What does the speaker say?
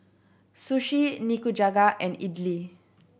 Sushi Nikujaga and Idili